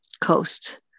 Coast